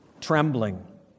trembling